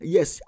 Yes